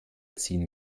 ziehen